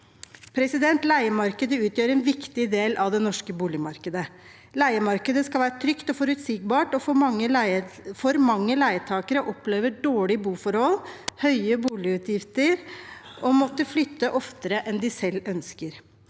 Leiemarkedet utgjør en viktig del av det norske boligmarkedet. Leiemarkedet skal være trygt og forutsigbart. Det er for mange leietakere som opplever dårlige boforhold, høye boligutgifter og å måtte flytte oftere enn de selv ønsker.